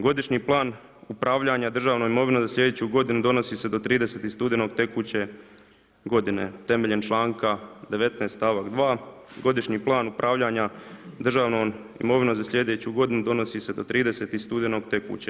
Godišnji plan upravljanja državnom imovinom za slijedeću godinu donosi se do 30. studenog tekuće godine temeljem članka 19., st. 2. godišnji plan upravljanja državnom imovinom za slijedeću godinu donosi se do 30. studenog tekuće.